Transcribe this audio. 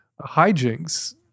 hijinks